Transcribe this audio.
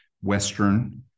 Western